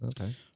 Okay